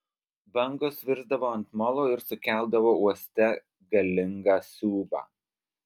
bangos virsdavo ant molo ir sukeldavo uoste galingą siūbą